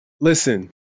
Listen